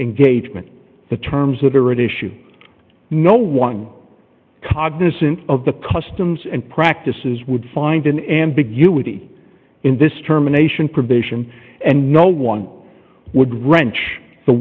engagement the terms that are at issue no one cognizant of the customs and practices would find an ambiguity in this terminations provision and no one would wrench the